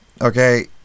Okay